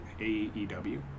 aew